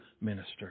minister